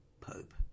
Pope